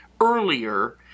earlier